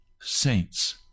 saints